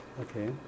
Okay